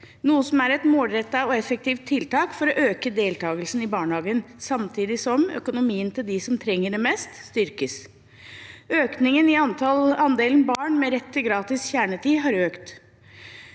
noe som er et målrettet og effektivt tiltak for å øke deltakelsen i barnehagen, samtidig som økonomien til dem som trenger det mest, styrkes. Økningen i andelen barn med rett til gratis kjernetid har økt.